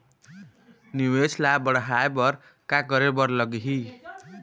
निवेश ला बड़हाए बर का करे बर लगही?